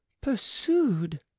pursued